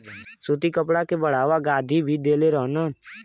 सूती कपड़ा के बढ़ावा गाँधी भी देले रहलन